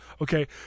Okay